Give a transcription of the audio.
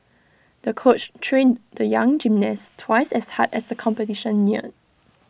the coach trained the young gymnast twice as hard as the competition neared